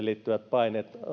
liittyvät paineet